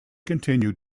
continued